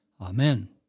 Amen